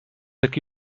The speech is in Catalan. aquí